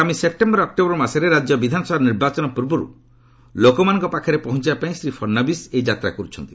ଆଗାମୀ September October ମାସରେ ରାଜ୍ୟ ବିଧାନସଭା ନିର୍ବାଚନ ପୂର୍ବରୁ ଲୋକମାନଙ୍କ ପାଖରେ ପହଞ୍ଚିବା ପାଇଁ ଶ୍ରୀ ଫଡ଼ନବିଶ୍ ଏହି ଯାତ୍ରା କରୁଛନ୍ତି